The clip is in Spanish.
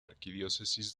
arquidiócesis